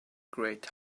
great